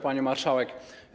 Pani Marszałek!